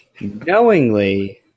knowingly